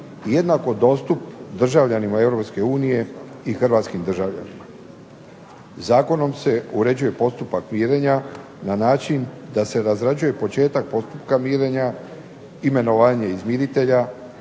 jednako dostup državljanima Europske unije i hrvatskim državljanima. Zakonom se uređuje postupak mirenja na način da se razrađuje početak postupka mirenja, imenovanje izmiritelja,